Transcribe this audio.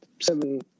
seven